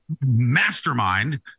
mastermind